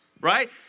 right